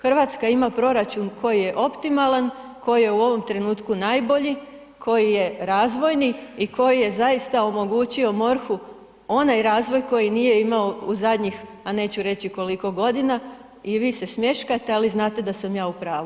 Hrvatska ima proračun koji je optimalan, koji je u ovom trenutku najbolji, koji je razvojni i koji je zaista omogućio MORH-u onaj razvoj koji nije imao u zadnjih, a neću reći koliko godina i vi se smješkate ali znate da sam ja u pravu.